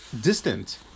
distant